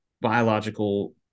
biological